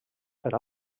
per